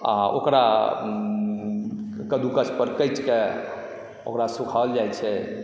आओर ओकरा कद्दूकसपर काटिके ओकरा सुखौल जाइत छै